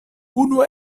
unu